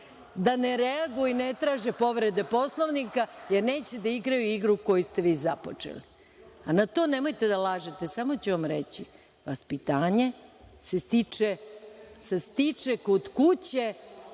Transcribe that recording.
da ne reaguju i ne traže povrede Poslovnika, jer neće da igraju igru koju ste vi započeli. A na to – nemojte da lažete, samo ću vam reći – vaspitanje se stiče kod kuće,